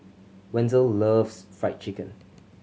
Wenzel loves Fried Chicken